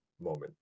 moment